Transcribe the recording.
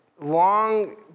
long